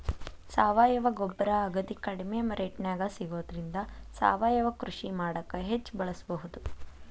ಸಾವಯವ ಗೊಬ್ಬರ ಅಗದಿ ಕಡಿಮೆ ರೇಟ್ನ್ಯಾಗ ಸಿಗೋದ್ರಿಂದ ಸಾವಯವ ಕೃಷಿ ಮಾಡಾಕ ಹೆಚ್ಚ್ ಬಳಸಬಹುದು